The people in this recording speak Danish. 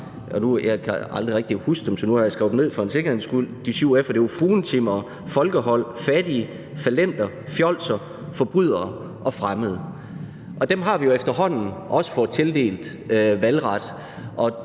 Jeg kan aldrig rigtig huske dem, så nu har jeg skrevet dem ned for en sikkerheds skyld. De syv f'er var: fruentimmere, folkehold, fattige, fallenter, fjolser, forbrydere og fremmede. Og dem har vi jo efterhånden også fået tildelt valgret